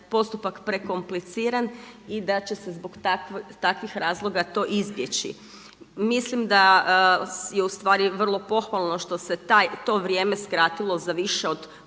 postupak prekompliciran i da će se zbog takvih razloga to izbjeći. Mislim da je ustvari vrlo pohvalno što se to vrijeme skratilo za više od